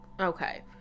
Okay